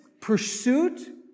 pursuit